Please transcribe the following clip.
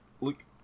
Look